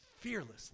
fearlessly